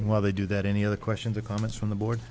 while they do that any other questions or comments from the board